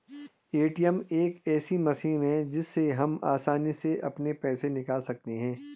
ATM एक ऐसी machine है जिससे हम आसानी से अपने पैसे निकाल सकते हैं